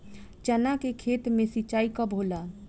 चना के खेत मे सिंचाई कब होला?